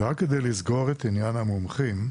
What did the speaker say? רק כדי לסגור את עניין המומחים,